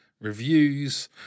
reviews